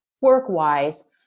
work-wise